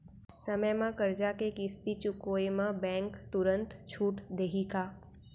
समय म करजा के किस्ती चुकोय म बैंक तुरंत छूट देहि का?